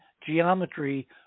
geometry